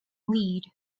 weed